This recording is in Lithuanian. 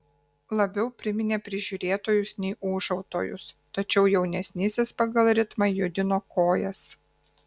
labiau priminė prižiūrėtojus nei ūžautojus tačiau jaunesnysis pagal ritmą judino kojas